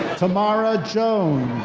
tamara jones.